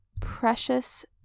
precious